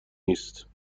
نیست